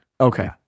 Okay